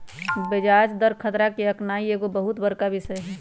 ब्याज दर खतरा के आकनाइ एगो बहुत बड़का विषय हइ